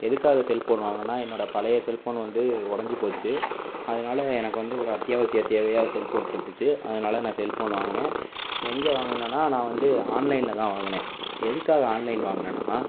எதுக்காக cell phone வாங்கினேன்னா என்னோட பழைய செல் ஃபோன் வந்து உடைஞ்சு போச்சு அதனால் எனக்கு வந்து ஒரு அத்தியவாசியத் தேவையாக செல் ஃபோன் இருந்துச்சு அதனால் நான் செல் ஃபோன் வாங்கினேன் எங்கே வாங்கினேன்னா நான் வந்து ஆன்லைனில் தான் வாங்கினேன் எதுக்காக ஆன்லைன் வாங்கினேன்னா